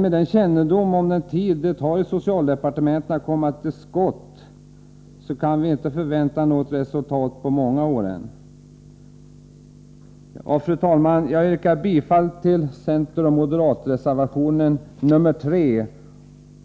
Med kännedom om den tid det tar i socialdepartementet att komma till skott, kan vi inte förvänta något resultat än på många år. Fru talman! Jag yrkar bifall till centerns och moderaternas reservationer 3